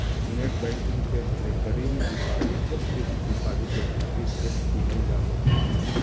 net banking से recurring deposit क fixed deposit के खातिर सेट किहल जा सकला